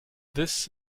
this